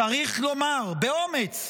צריך לומר, באומץ,